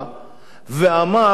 אני מצטט לא במדויק: